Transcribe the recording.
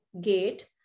gate